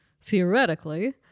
theoretically